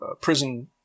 prison